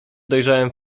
dojrzałem